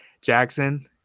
Jackson